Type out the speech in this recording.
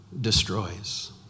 destroys